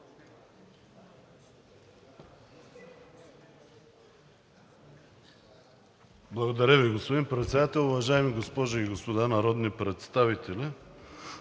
Благодаря Ви, господин Председател. Уважаеми госпожи и господа народни представители!